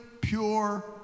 pure